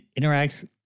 interacts